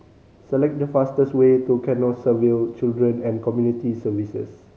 select the fastest way to Canossaville Children and Community Services